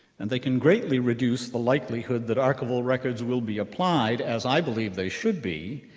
and they can greatly reduce the likelihood that archival records will be applied, as i believe they should be,